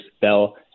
Bell